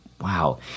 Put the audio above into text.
Wow